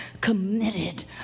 committed